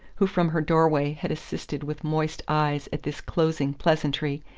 who from her doorway had assisted with moist eyes at this closing pleasantry,